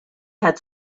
had